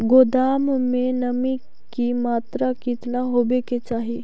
गोदाम मे नमी की मात्रा कितना होबे के चाही?